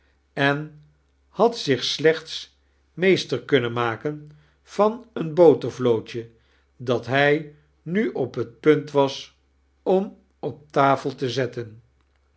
en had zich slechts meeater kunnen maken van een botervlootje dat hij nu op het punt was om op tafel te zetten